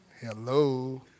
Hello